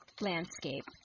landscape